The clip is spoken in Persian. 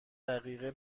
دقیقه